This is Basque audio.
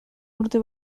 urte